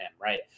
right